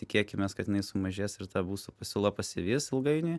tikėkimės kad jinai sumažės ir ta būsto pasiūla pasivys ilgainiui